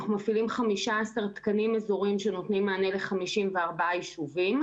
אנחנו מפעילים 15 תקנים אזוריים שנותנים מענה ל-54 ישובים.